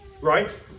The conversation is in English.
right